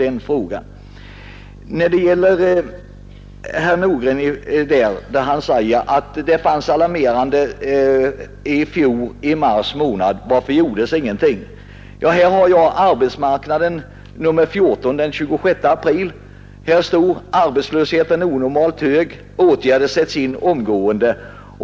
Herr Nordgren säger att det fanns alarmerande tecken i fråga om arbetslösheten redan i mars månad i fjol, och han frågar varför det inte gjordes något. Här har jag ”Arbetsmarknaden” nr 14, den 26 april 1971. Det heter där: ”Arbetslösheten onormalt hög — Åtgärder sätts in omgående”.